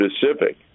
specific